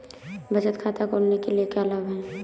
बचत खाता खोलने के क्या लाभ हैं?